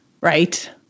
right